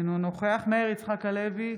אינו נוכח מאיר יצחק הלוי,